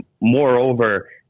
moreover